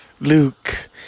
Luke